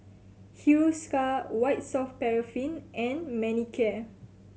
Hiruscar White Soft Paraffin and Manicare